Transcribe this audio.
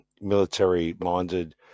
military-minded